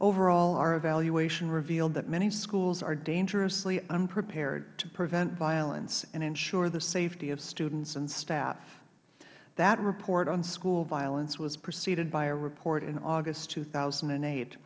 overall our evaluation revealed that many schools are dangerously unprepared to prevent violence and ensure the safety of students and staff that report on school violence was preceded by a report in august two thousand and eight